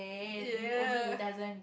ya